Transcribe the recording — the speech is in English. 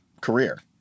career